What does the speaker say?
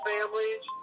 Families